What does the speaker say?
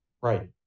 Right